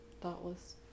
Thoughtless